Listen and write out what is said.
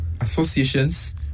associations